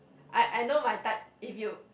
I I know my type if you